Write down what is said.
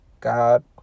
God